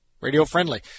radio-friendly